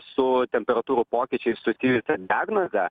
su temperatūrų pokyčiais susijusią diagnozę